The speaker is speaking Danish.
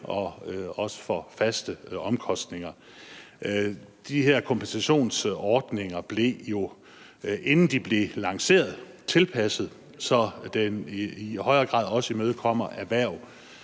og også faste omkostninger. De her kompensationsordninger blev jo, inden de blev lanceret, tilpasset, så de i højere grad også imødekommer erhverv,